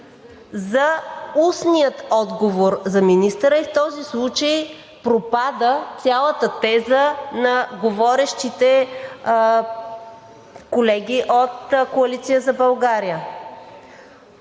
за устния отговор за министъра и в този случай пропада цялата теза на говорещите колеги от Коалиция за България.